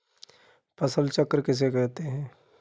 फसल चक्र किसे कहते हैं?